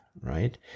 right